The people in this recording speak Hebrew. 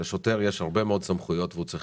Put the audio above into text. לשוטר יש הרבה מאוד סמכויות והוא צריך